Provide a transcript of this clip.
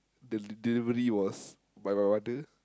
the delivery was by my mother